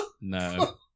No